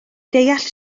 deall